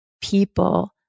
people